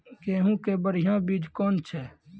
गेहूँ के बढ़िया बीज कौन छ?